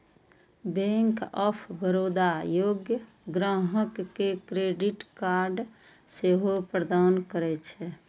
bank of Baroda योग्य ग्राहक कें क्रेडिट कार्ड सेहो प्रदान करै छै